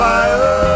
Fire